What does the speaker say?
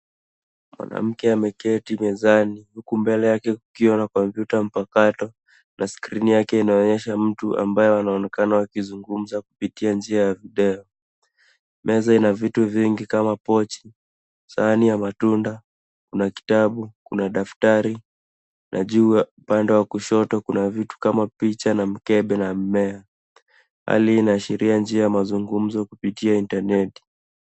Mwanamke ameketi mezani, huku mbele yake kukiwa na kompyuta mpakato na skrini yake inaonyesha mtu ambaye wanaonakana wakizungumza kupitia njia ya video. Meza ina vitu vingi kama pochi, sahani ya matunda, kuna kitabu, kuna daftari, na juu upande wa kushoto, kuna vitu kama picha na mkebe na mmea. Hali hii inaashiria njia ya mazungumzo kupitia intaneti.